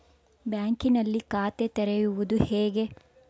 ಬ್ಯಾಂಕಿನಲ್ಲಿ ಖಾತೆ ತೆರೆಯುವುದು ಹೇಗೆ?